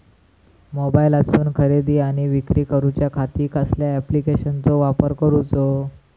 मोबाईलातसून खरेदी आणि विक्री करूच्या खाती कसल्या ॲप्लिकेशनाचो वापर करूचो?